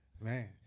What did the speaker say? Man